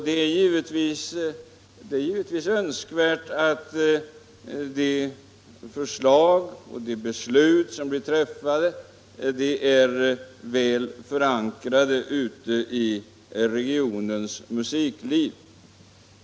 Det är givetvis önskvärt att de förslag på grundval av vilka beslut träffas är väl förankrade ute i regionens musikliv.